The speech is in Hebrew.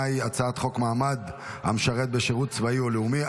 היא הצעת חוק מעמד המשרת בשירות צבאי או לאומי,